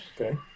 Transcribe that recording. Okay